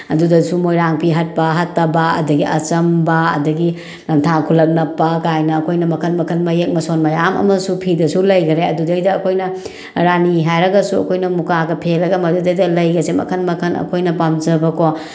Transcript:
ꯑꯗꯨꯗꯁꯨ ꯃꯣꯏꯔꯥꯡ ꯐꯤ ꯍꯠꯄ ꯍꯠꯇꯕ ꯑꯗꯒꯤ ꯑꯆꯝꯕ ꯑꯗꯒꯤ ꯂꯪꯊꯥ ꯈꯨꯂꯛ ꯅꯞꯄ ꯀꯥꯏꯅ ꯑꯩꯈꯣꯏꯅ ꯃꯈꯟ ꯃꯈꯟ ꯃꯌꯦꯛ ꯃꯁꯣꯟ ꯃꯌꯥꯝ ꯑꯃꯁꯨ ꯐꯤꯗꯁꯨ ꯂꯩꯈ꯭ꯔꯦ ꯑꯗꯨꯗꯩꯗ ꯑꯩꯈꯣꯏꯅ ꯔꯥꯅꯤ ꯍꯥꯏꯔꯒꯁꯨ ꯑꯩꯈꯣꯏꯅ ꯃꯨꯀꯥꯒ ꯐꯦꯜꯂꯒ ꯃꯗꯨꯗꯩꯗ ꯂꯩꯒꯁꯦ ꯃꯈꯟ ꯃꯈꯟ ꯑꯩꯈꯣꯏꯅ ꯄꯥꯝꯖꯕꯀꯣ